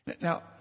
Now